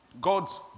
God's